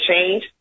change